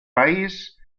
país